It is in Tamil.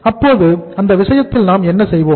அப்போது அந்த விஷயத்தில் நாம் என்ன செய்வோம்